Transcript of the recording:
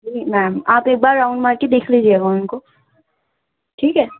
جی ma'am آپ ایک بار راؤنڈ مار کے دیکھ لیجیے گا ان کو ٹھیک ہے